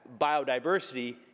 biodiversity